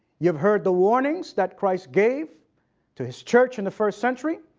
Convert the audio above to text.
you've heard the warnings that christ gave to his church in the first century.